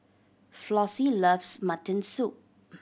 Flossie loves mutton soup